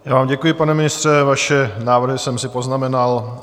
Já vám děkuji, pane ministře, vaše návrhy jsem si poznamenal.